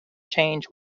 change